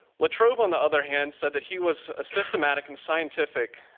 latrobe, on the other hand, said that he was a systematic and scientific